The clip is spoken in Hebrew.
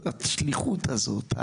השליחות הזאת,